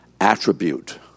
attribute